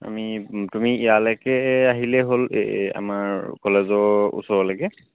আমি তুমি ইয়ালৈকে আহিলেই হ'ল এই আমাৰ কলেজৰ ওচৰৰলৈকে